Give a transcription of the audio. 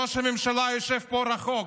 ראש הממשלה יושב פה לא רחוק.